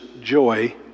joy